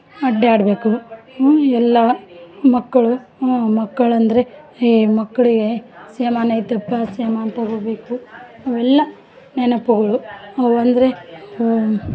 ಅಡೆಡಾಡ್ಬೇಕು ಎಲ್ಲ ಮಕ್ಕಳು ಮಕ್ಕಳಂದರೆ ಏ ಮಕ್ಕಳಿಗೆ ಸಾಮಾನ್ ಐತಪ್ಪ ಸಾಮಾನ್ ತಗೋಬೇಕು ಅವೆಲ್ಲ ನೆನಪುಗಳು ಅವಂದರೆ ಅವು